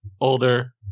older